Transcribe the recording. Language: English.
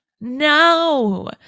no